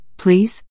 please